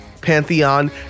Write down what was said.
Pantheon